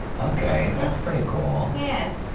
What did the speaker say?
okay, that's pretty cool. yes.